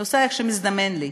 אני נוסעת כשמזדמן לי,